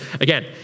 again